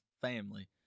family